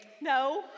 No